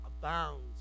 abounds